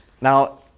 Now